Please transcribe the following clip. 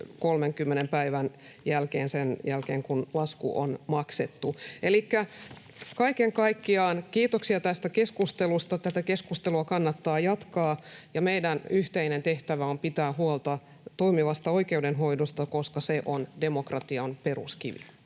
30 päivän jälkeen siitä, kun lasku on maksettu. Elikkä kaiken kaikkiaan kiitoksia tästä keskustelusta. Tätä keskustelua kannattaa jatkaa, ja meidän yhteinen tehtävä on pitää huolta toimivasta oikeudenhoidosta, koska se on demokratian peruskivi.